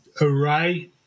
array